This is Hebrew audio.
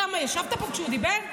למה, ישבת פה כשהוא דיבר?